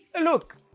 Look